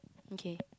okay